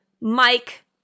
Mike